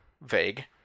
vague